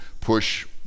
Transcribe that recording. push